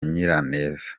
nyiraneza